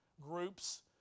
groups